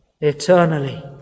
eternally